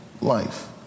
life